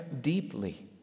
deeply